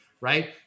right